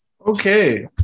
okay